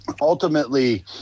ultimately